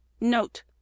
NOTE